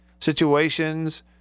situations